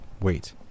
wait